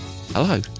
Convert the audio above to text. hello